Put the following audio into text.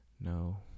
No